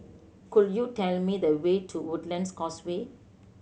could you tell me the way to Woodlands Causeway